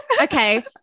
okay